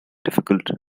difficult